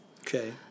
Okay